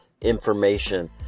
information